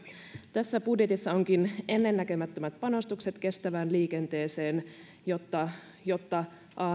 tässä budjetissa onkin ennennäkemättömät panostukset kestävään liikenteeseen jotta jotta